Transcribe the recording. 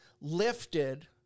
lifted